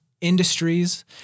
industries